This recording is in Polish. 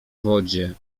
wodzie